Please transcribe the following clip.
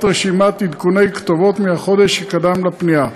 רשימת עדכוני כתובות מהחודש שקדם לפנייה,